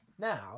Now